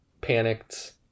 panicked